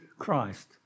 Christ